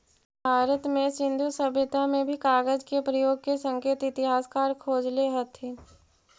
भारत में सिन्धु सभ्यता में भी कागज के प्रयोग के संकेत इतिहासकार खोजले हथिन